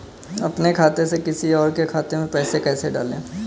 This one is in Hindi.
अपने खाते से किसी और के खाते में पैसे कैसे डालें?